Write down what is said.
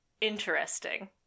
interesting